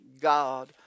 God